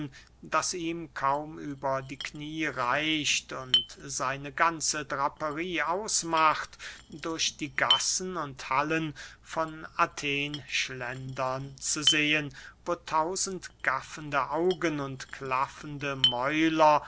das ihm kaum über die kniee reicht und seine ganze draperie ausmacht durch die gassen und hallen von athen schlendern zu sehen wo tausend gaffende augen und klaffende mäuler